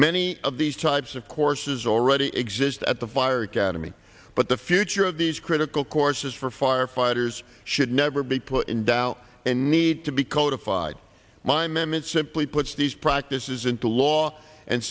many of these types of courses already exist at the fire academy but the future of these critical courses for firefighters should never be put in doubt and need to be codify my meme it simply puts these practices into law and